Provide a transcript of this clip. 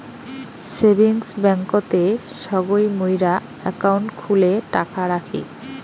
savings ব্যাংকতে সগই মুইরা একাউন্ট খুলে টাকা রাখি